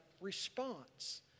response